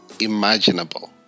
imaginable